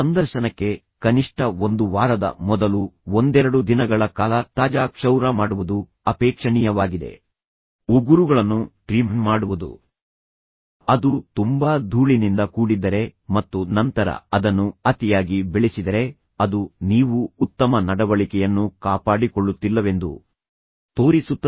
ಸಂದರ್ಶನಕ್ಕೆ ಕನಿಷ್ಠ ಒಂದು ವಾರದ ಮೊದಲು ಒಂದೆರಡು ದಿನಗಳ ಕಾಲ ತಾಜಾ ಕ್ಷೌರ ಮಾಡುವುದು ಅಪೇಕ್ಷಣೀಯವಾಗಿದೆ ಉಗುರುಗಳನ್ನು ಟ್ರೀಮ್ಮ್ ಮಾಡುವುದು ಅದು ತುಂಬಾ ಧೂಳಿನಿಂದ ಕೂಡಿದ್ದರೆ ಮತ್ತು ನಂತರ ಅದನ್ನು ಅತಿಯಾಗಿ ಬೆಳೆಸಿದರೆ ಅದು ನೀವು ಉತ್ತಮ ನಡವಳಿಕೆಯನ್ನು ಕಾಪಾಡಿಕೊಳ್ಳುತ್ತಿಲ್ಲವೆಂದು ತೋರಿಸುತ್ತದೆ